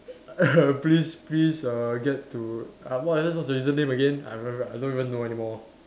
please please err get to uh what's your username again I don't remember I don't even know anymore